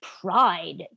pride